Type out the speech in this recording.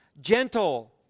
gentle